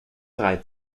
drei